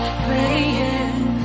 praying